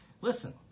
Listen